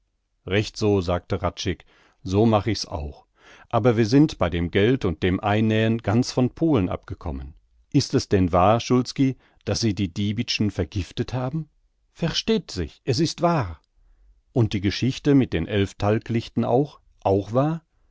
recht so sagte hradscheck so mach ich's auch aber wir sind bei dem geld und dem einnähen ganz von polen abgekommen ist es denn wahr szulski daß sie diebitschen vergiftet haben versteht sich es ist wahr und die geschichte mit den elf talglichten auch auch wahr